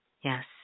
Yes